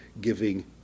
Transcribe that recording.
giving